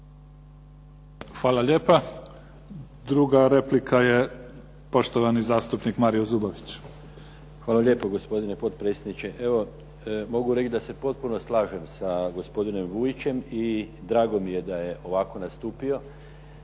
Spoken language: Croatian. Hvala lijepa. Druga replika je poštovani zastupnik Mario Zubović. **Zubović, Mario (HDZ)** Hvala lijepo gospodine potpredsjedniče. Mogu reći da se potpuno slažem sa gospodinom Vujićem i drago mi je da je ovako nastupio